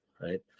Right